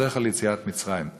זכר ליציאת מצרים,